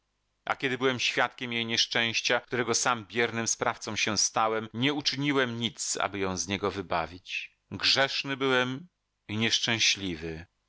a kiedy byłem świadkiem jej nieszczęścia którego sam biernym sprawcą się stałem nie uczyniłem nic aby ją z niego wybawić grzeszny byłem i nieszczęśliwy